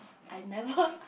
I never